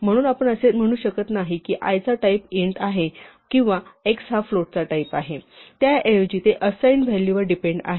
म्हणून आपण असे म्हणू शकत नाही की i चा टाईप int आहे किंवा x हा फ्लोटचा टाईप आहे त्याऐवजी ते असाईन्ड व्हॅलू वर डिपेंड आहे